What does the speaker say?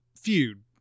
feud